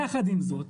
יחד עם זאת,